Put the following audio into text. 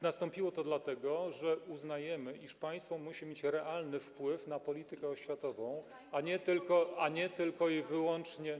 Nastąpiło to dlatego, że uznajemy, iż państwo musi mieć realny wpływ na politykę oświatową, a nie tylko i wyłącznie.